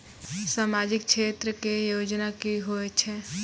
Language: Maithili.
समाजिक क्षेत्र के योजना की होय छै?